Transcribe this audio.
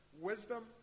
wisdom